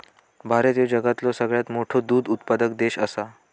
भारत ह्यो जगातलो सगळ्यात मोठो दूध उत्पादक देश आसा